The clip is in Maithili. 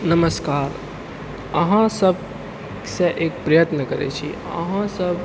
नमस्कार अहाँसभसँ एक प्रयत्न करै छी अहाँसभ